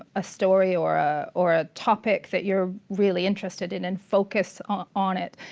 a story or or a topic that you're really interested in and focus on on it.